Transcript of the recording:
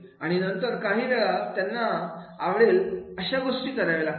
आणि नंतर काहीवेळा त्यांना आवडेल अशा गोष्टी करावे लागतील